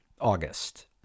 August